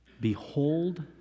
behold